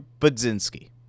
Budzinski